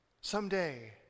Someday